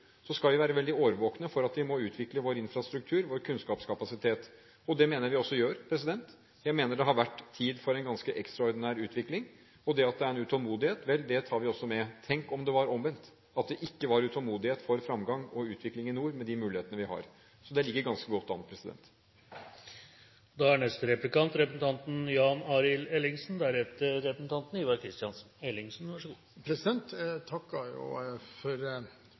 skal vi være veldig årvåkne for at vi må utvikle vår infrastruktur og vår kunnskapskapasitet. Det mener jeg vi gjør, jeg mener det har vært tid for en ganske ekstraordinær utvikling. Det at det er en utålmodighet, tar vi også med. Tenk om det var omvendt, at det ikke var utålmodighet med hensyn til fremgang og utvikling i nord, med de mulighetene vi har! Der ligger vi ganske godt an.